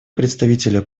представителя